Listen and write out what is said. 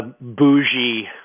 bougie